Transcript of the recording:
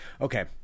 Okay